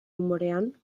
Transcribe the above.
umorean